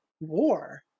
war